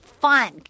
fun